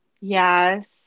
yes